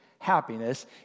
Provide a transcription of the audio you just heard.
Happiness